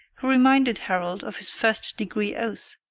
who reminded harold of his first-degree oath,